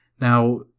Now